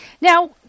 Now